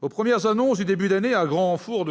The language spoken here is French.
Aux premières annonces du début d'année, à grand renfort